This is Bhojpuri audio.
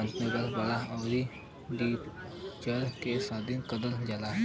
अंतर्गत बांड आउर डिबेंचर क सौदा करल जाला